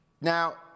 Now